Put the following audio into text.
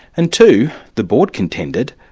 and two. the board contended,